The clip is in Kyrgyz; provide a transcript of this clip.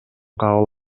кабыл